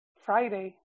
Friday